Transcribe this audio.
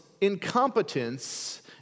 incompetence